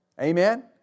Amen